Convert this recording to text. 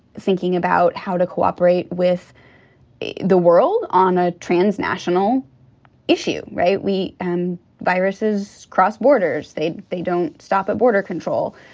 thinking about how to cooperate with the world on a trans national issue. right. we and viruses cross borders. they they don't stop at border control.